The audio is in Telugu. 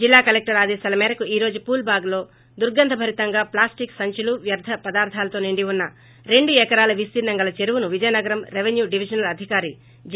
జిల్లా కలక్షరు ఆదేశాల మేరకు ఈ రోజు పూల్ బాగ్ లో దుర్గందభరితంగా ప్లాస్టిక్ సంచులు వ్యర్గ పదార్గాలతో నిండివున్న రెండు ఎకరాల విస్తీర్లం గల చెరువును విజయనగరం రెవిన్యూ డివిజనల్ అధికారి జె